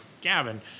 gavin